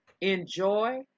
enjoy